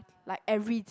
like every